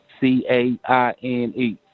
C-A-I-N-E